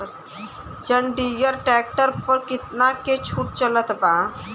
जंडियर tractor पर कितना के छूट चलत बा?